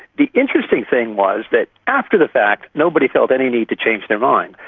the interesting thing was that after the fact, nobody felt any need to change their mind.